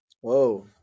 Whoa